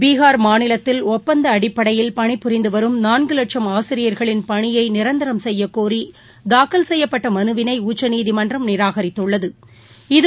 பீகா் மாநிலத்தில் ஒப்பந்தஅடிப்படையில் பணி புரிந்துவரும் நான்குவட்சம் பணியைநிரந்தரம் செய்யக்கோிதாக்கல் செய்யப்பட்டமனுவினைஉச்சநீதிமன்றம் நிராகரித்துள்ளது